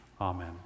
Amen